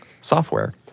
software